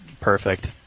perfect